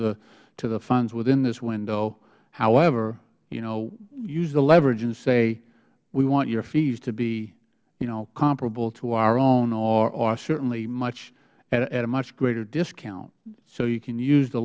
access to the funds within this window however you know use the leverage and say we want your fees to be you know comparable to our own or certainly at a much greater discount so you can use the